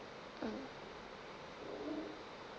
mm